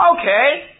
okay